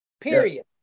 period